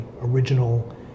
original